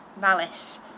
malice